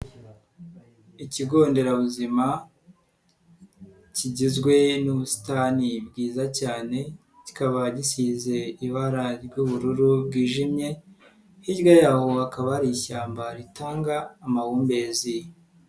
Ikigo nderabuzima kigizwe n'ubusitani bwiza cyane, kikaba gisize ibara ry'ubururu bwijimye, hirya yaho hakaba ari ishyamba ritanga amahumbezi.